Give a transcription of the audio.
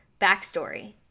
backstory